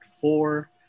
four